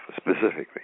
specifically